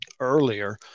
earlier